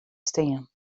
stean